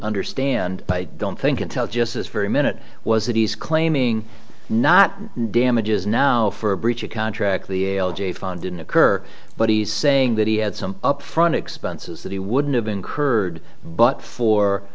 understand i don't think until just this very minute was that he's claiming not damages now for breach of contract the ael j found didn't occur but he's saying that he had some upfront expenses that he wouldn't have incurred but for